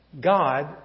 God